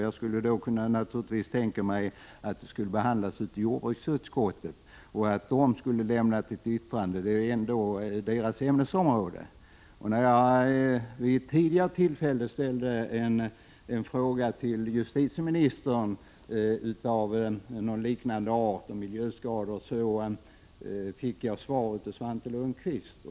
Jag kan tänka mig att den skulle ha behandlats av jordbruksutskottet och att det utskottet skulle ha lämnat ett yttrande. Det gäller ju ändå jordbruksutskottets ämnesområde. När jag vid ett tidigare tillfälle ställde en fråga av liknande art, alltså om miljöskador, till justitieministern fick jag svar av Svante Lundkvist.